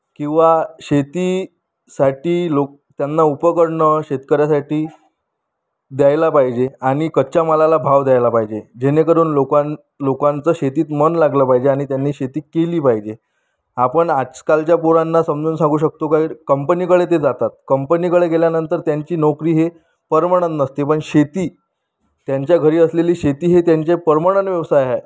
किंवा शेतीसाठी लोक त्यांना उपकरणं शेतकऱ्यासाठी द्यायला पाहिजे आणि कच्च्या मालाला भाव द्यायला पाहिजे जेणेकरून लोकां लोकांचं शेतीत मन लागलं पाहिजे आणि त्यांनी शेती केली पाहिजे आपण आजकालच्या पोरांना समजून सांगू शकतो कारण कंपनीकडे ते जातात कंपनीकडे गेल्यानंतर त्यांची नोकरी हे पर्मणन नसते पण शेती त्यांच्या घरी असलेली शेती हे त्यांचे पर्मणन व्यवसाय आहे